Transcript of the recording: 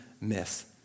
miss